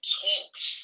talks